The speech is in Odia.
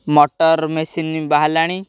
ମୋଟର ମେସିନ୍ ବାହାରିଲାଣି